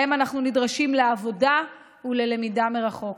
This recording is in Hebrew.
שבהם אנחנו נדרשים לעבודה וללמידה מרחוק.